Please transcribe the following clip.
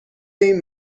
این